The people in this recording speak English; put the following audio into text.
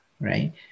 right